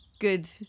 good